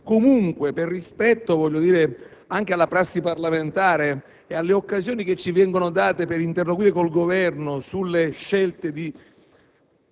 comunque per rispetto anche alla prassi parlamentare e alle occasioni che ci vengono date per interloquire con il Governo sulle scelte